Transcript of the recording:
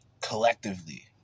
collectively